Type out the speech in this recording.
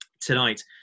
tonight